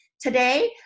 today